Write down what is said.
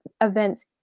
events